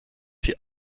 sie